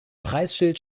preisschild